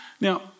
Now